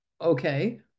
okay